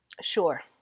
Sure